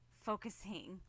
focusing